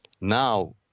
now